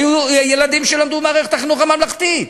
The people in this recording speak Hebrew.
היו ילדים שלמדו במערכת החינוך הממלכתית,